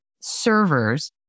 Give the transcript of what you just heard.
servers